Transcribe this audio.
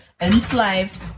enslaved